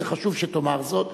וזה חשוב שתאמר זאת,